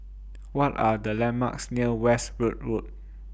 What Are The landmarks near Westwood Road